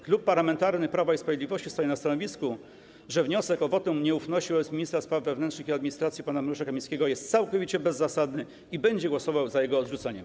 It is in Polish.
Klub Parlamentarny Prawo i Sprawiedliwość stoi na stanowisku, że wniosek o wotum nieufności wobec ministra spraw wewnętrznych i administracji pana Mariusza Kamińskiego jest całkowicie bezzasadny, i będzie głosował za jego odrzuceniem.